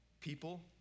People